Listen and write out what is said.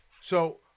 So-